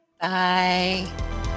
Bye